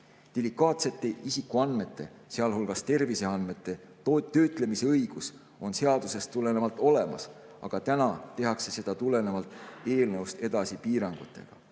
Delikaatsete isikuandmete, sealhulgas terviseandmete töötlemise õigus on seadusest tulenevalt olemas, aga täna tehakse seda eelnõust tulenevalt edasi piirangutega.